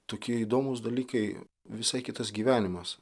tokie įdomūs dalykai visai kitas gyvenimas